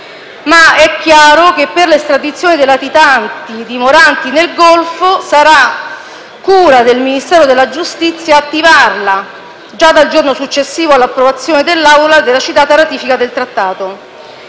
ma è chiaro che per l'estradizione dei latitanti dimoranti nel Golfo sarà cura del Ministero della giustizia attivarla già dal giorno successivo all'approvazione dell'Assemblea della citata ratifica del Trattato.